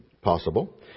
possible